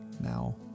now